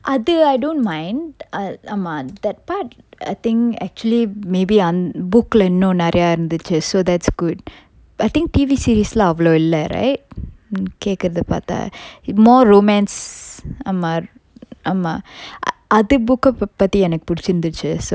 அது:athu I don't mind ஆமா:aama that part I think actually maybe and book lah இன்னும் நெறைய இருந்துச்சி:innum neraya irunduchi so that's good but I think T_V series lah அவ்வளவு இல்ல:avvalavu illa right கேக்குறத பாத்த:kekkuratha patha more romance ஆமா அது:aama athu book eh பத்தி எனக்கு புடிச்சிருந்துச்சி:pathi enakku pudichirunthuchi so